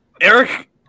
Eric